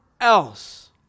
else